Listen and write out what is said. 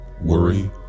worry